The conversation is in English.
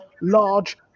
large